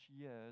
years